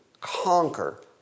Conquer